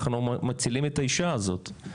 איך אנחנו מצילים את האישה הזאת?